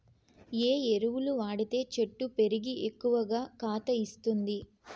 ఏ ఎరువులు వాడితే చెట్టు పెరిగి ఎక్కువగా కాత ఇస్తుంది?